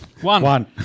One